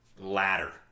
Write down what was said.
ladder